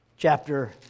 Chapter